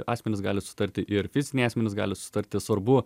asmenys gali sutarti ir fiziniai asmenys gali susitarti svarbu